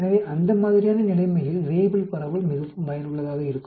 எனவே அந்த மாதிரியான நிலைமையில் வேய்புல் பரவல் மிகவும் பயனுள்ளதாக இருக்கும்